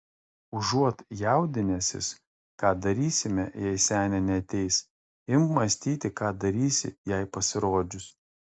užuot jaudinęsis ką darysime jei senė neateis imk mąstyti ką darysi jai pasirodžius